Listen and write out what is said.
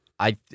I-